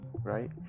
Right